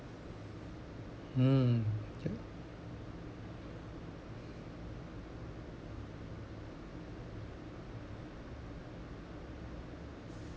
mm K